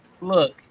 Look